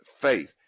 faith